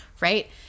right